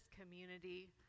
community